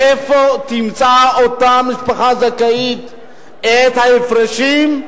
מאיפה תמצא אותה משפחה זכאית את ההפרשים?